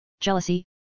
jealousy